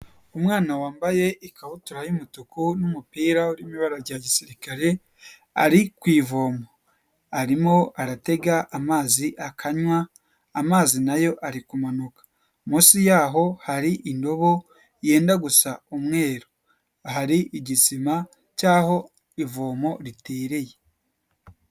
Umwana wambaye ikabutura y'umutuku n'umupira urimo ibara rya gisirikare ari ku ivoma arimo aratega amazi akanywa amazi nayo ari kumanuka munsi yaho hari indobo yenda gusa umweru hari igisima cy'aho ivomo ritereye.